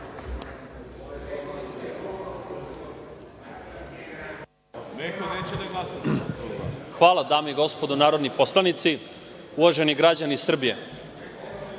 Hvala. Dame i gospodo narodni poslanici, uvaženi građani Srbije,